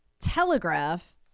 Telegraph